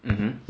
mmhmm